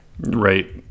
Right